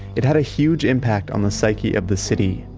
it had a huge impact on the psyche of the city.